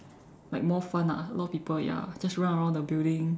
like more fun ah I heard a lot of people ya just run around the building